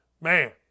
man